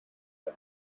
her